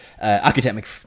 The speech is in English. Academic